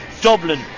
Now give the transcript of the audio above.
Dublin